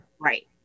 right